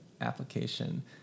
application